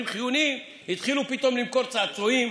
חיוניים יתחילו פתאום למכור צעצועים,